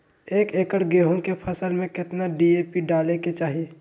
एक एकड़ गेहूं के फसल में कितना डी.ए.पी डाले के चाहि?